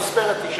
פרוספריטי,